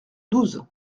douze